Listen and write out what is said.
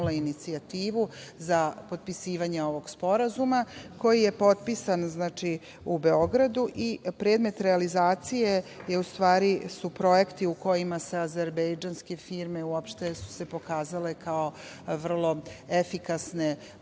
inicijativu za potpisivanje ovog sporazuma koji je potpisan u Beogradu i predmet realizacije, u stvari, su projekti u kojima se azerbejdžanske firme, uopšte su se pokazale kao vrlo efikasne u